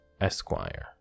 Esquire